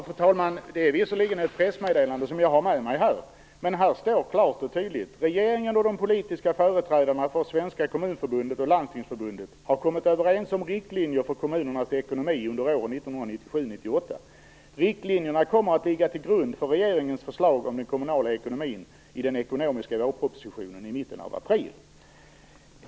Fru talman! Det är visserligen ett pressmeddelande som jag har med mig. Men här står klart och tydligt: "Regeringen och de politiska företrädarna för Svenska Kommunförbundet och Landstingsförbundet har kommit överens om riktlinjer för kommunernas ekonomi under åren 1997 och 1998. Riktlinjerna kommer att ligga till grund för regeringens förslag om den kommunala ekonomin i den ekonomiska vårpropositionen i mitten av april."